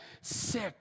sick